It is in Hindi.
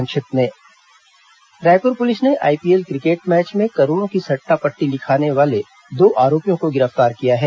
संक्षिप्त समाचार रायपूर पुलिस ने आईपीएल क्रिकेट मैच में करोड़ो की सट्टा पट्टी खिलाने वाले दो आरोपियों को गिरफ्तार किया है